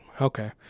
Okay